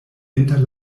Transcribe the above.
inter